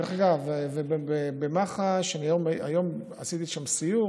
דרך אגב, היום עשיתי סיור